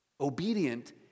Obedient